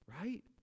right